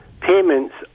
payments